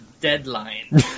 Deadline